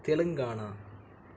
Telangana